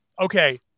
okay